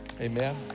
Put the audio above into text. Amen